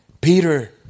Peter